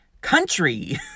country